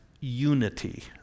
unity